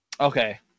Okay